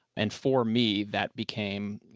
and for me, that became, you